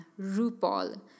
RuPaul